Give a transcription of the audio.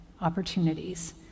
opportunities